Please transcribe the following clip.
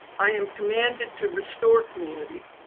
i am commanded to restore community,